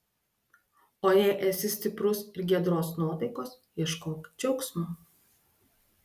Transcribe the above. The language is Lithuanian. o jei esi stiprus ir giedros nuotaikos ieškok džiaugsmo